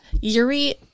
Yuri